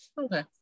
Okay